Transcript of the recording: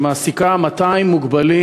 שמעסיקה 200 מוגבלים